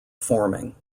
forming